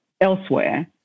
elsewhere